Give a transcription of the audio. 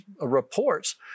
reports